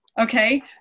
Okay